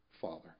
Father